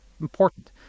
important